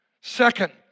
Second